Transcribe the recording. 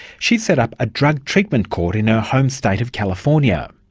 she set up a drug treatment court in her home state of california.